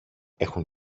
έχουν